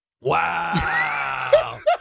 Wow